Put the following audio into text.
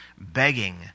begging